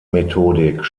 methodik